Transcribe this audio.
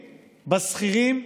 בשכירים,